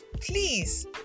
please